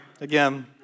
Again